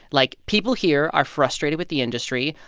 like, people here are frustrated with the industry.